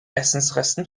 essensresten